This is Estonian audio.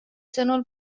sõnul